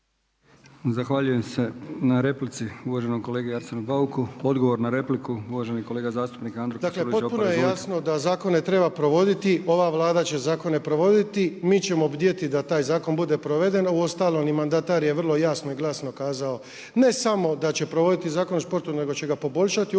Zahvaljujem se na replici uvaženom kolegi Arsenu Bauku. Odgovor na repliku uvaženi kolega zastupnik Andro Krstulović Opara. Izvolite. **Krstulović Opara, Andro (HDZ)** Dakle potpuno je jasno da zakone treba provoditi, ova Vlada će zakone provoditi, mi ćemo bdjeti da taj zakon bude proveden a uostalom i mandatar je vrlo jasno i glasno kazao ne samo da će provoditi Zakon o sportu nego će ga poboljšati i upravo